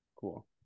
cool